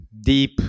deep